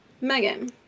Megan